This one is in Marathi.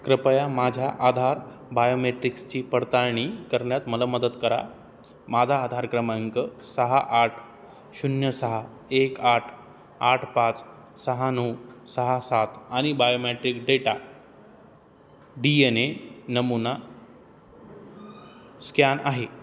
कृपया माझ्या आधार बायोमेट्रिक्सची पडताळणी करण्यात मला मदत करा माझा आधार क्रमांक सहा आठ शून्य सहा एक आठ आठ पाच सहा नऊ सहा सात आणि biometric data D N A नमुना स्कॅन आहे